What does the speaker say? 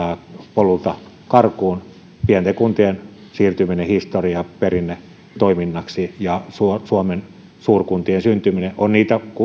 polulta karkuun pienten kuntien siirtyminen historiaan perinnetoiminnaksi ja suomen suomen suurkuntien syntyminen on niitä